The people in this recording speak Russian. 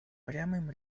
прямым